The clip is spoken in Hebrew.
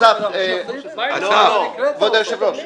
כבוד היושב-ראש,